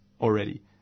already